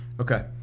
Okay